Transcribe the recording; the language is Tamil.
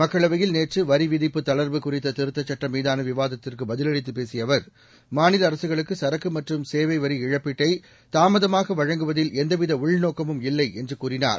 மக்களவையில் நேற்று வரி விதிப்பு தளர்வு குறித்த திருத்தச்சட்டம் மீதான விவாதத்திற்கு பதிலளித்துப் பேசிய அவர் மாநில அரசுகளுக்கு சரக்கு மற்றும் சேவை வரி இழப்பீட்டை தாமதமாக வழங்குவதில் எந்தவித உள்நோக்கமும் இல்லை என்று கூறினார்